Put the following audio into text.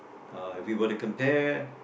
uh if we were to compare